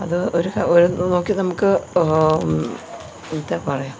അത് ഒരു നോക്കി നമുക്ക് എന്താ പറയുക